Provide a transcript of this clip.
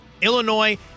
Illinois